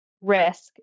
risk